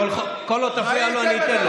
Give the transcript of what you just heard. כל עוד תפריע לו,